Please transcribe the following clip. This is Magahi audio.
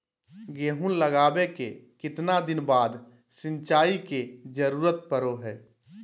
गेहूं लगावे के कितना दिन बाद सिंचाई के जरूरत पड़ो है?